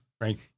right